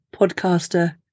podcaster